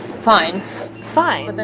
fine fine.